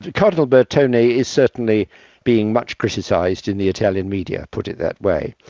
cardinal bertone is certainly being much criticised in the italian media, put it that way.